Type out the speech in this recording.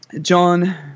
John